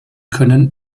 können